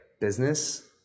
Business